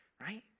right